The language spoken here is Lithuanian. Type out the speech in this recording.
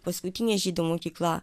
paskutinė žydų mokykla